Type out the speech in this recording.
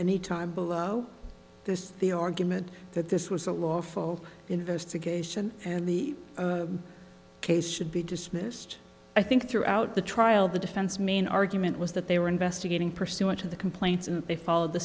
any time below this the argument that this was a lawful investigation and the case should be dismissed i think throughout the trial the defense main argument was that they were investigating pursuant to the complaints and they followed the